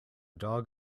dog